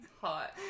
Hot